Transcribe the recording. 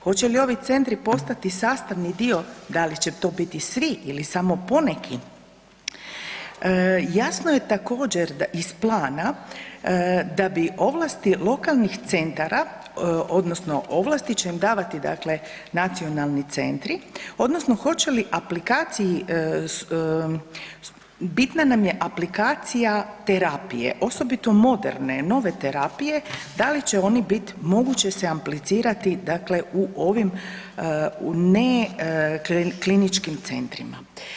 Hoće li ovi centri postati sastavni dio, da li će to biti svi ili samo poneki jasno je također iz plana da bi ovlasti lokalnih centara, odnosno ovlasti će im davati, dakle nacionalni centri, odnosno hoće li aplikaciji, bitna nam je aplikacija terapije osobito moderne, nove terapije da li će oni biti, moguće se aplicirati dakle u ovim ne kliničkim centrima.